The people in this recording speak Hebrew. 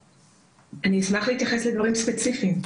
אני אשמח להתייחס לדברים ספציפיים.